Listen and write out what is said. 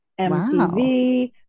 MTV